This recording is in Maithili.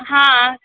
हाँ